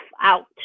out